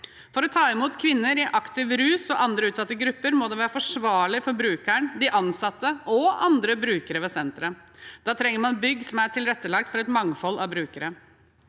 For å ta imot kvinner i aktiv rus og andre utsatte grupper må det være forsvarlig for brukeren, de ansatte og andre brukere ved senteret. Da trenger man bygg som er tilrettelagt for et mangfold av brukere.